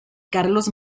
carlos